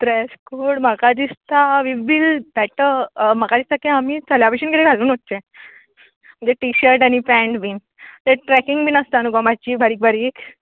dress code म्हाका दिसता we will better म्हाका दिसता की आमी चल्या भशेन कितें घालून वचचें म्हणल्यार टिशर्ट आनी पॅण्ट बीन ते ट्रॅकींग बी आसता न्ही गो मातशी बारीक बारीक